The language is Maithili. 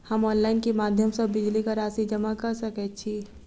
हम ऑनलाइन केँ माध्यम सँ बिजली कऽ राशि जमा कऽ सकैत छी?